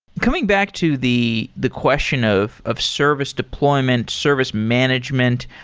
coming back to the the question of of service deployment, service management,